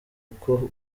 uko